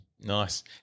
Nice